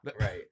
Right